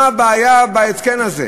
מה הבעיה בהתקן הזה?